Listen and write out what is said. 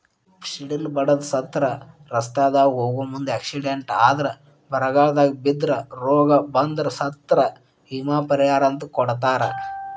ಸಿಡಿಲ ಬಡದ ಸತ್ರ ರಸ್ತಾದಾಗ ಹೋಗು ಮುಂದ ಎಕ್ಸಿಡೆಂಟ್ ಆದ್ರ ಬರಗಾಲ ಬಿದ್ರ ರೋಗ ಬಂದ್ರ ಸತ್ರ ವಿಮಾ ಪರಿಹಾರ ಅಂತ ಕೊಡತಾರ